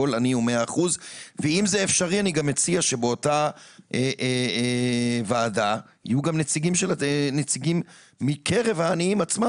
אם זה אפשרי אני גם מציע שבאותה ועדה יהיו גם נציגים מקרב העניים עצמם,